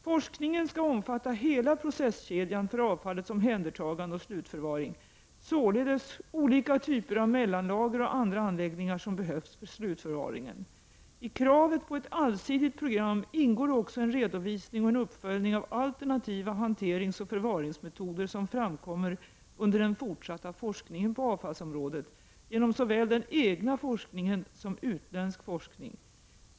Forskningen skall omfatta hela processkedjan för avfallets omhändertagande och slutförvaring, således olika typer av mellanlager och andra anläggningar som behövs för slutförvaringen. I kravet på ett allsidigt program ingår också en redovisning och en uppföljning av alternativa hanteringsoch förvaringsmetoder som framkommer under den fortsatta forskningen på avfallsområdet, genom såväl den egna forskningen som utländsk forskning.